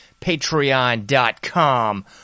patreon.com